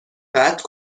قطع